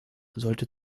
sollte